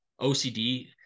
OCD